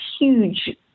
huge